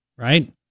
Right